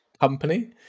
company